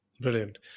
brilliant